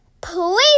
Please